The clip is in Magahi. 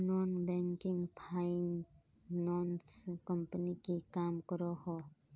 नॉन बैंकिंग फाइनांस कंपनी की काम करोहो?